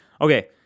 Okay